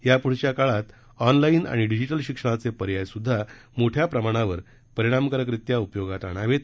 यापुढील काळात ऑनलाईन व डिजिटल शिक्षणाचे पर्याय सुद्धा मोठ्या प्रमाणावर परिणामकारकरित्या उपयोगात आणावेत